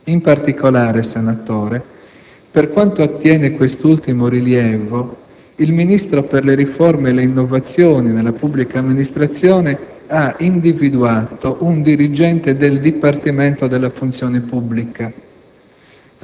In particolare, senatore Sacconi, per quanto attiene quest'ultimo rilievo, il Ministro per le riforme e le innovazioni nella pubblica amministrazione ha individuato un dirigente del Dipartimento della funzione pubblica,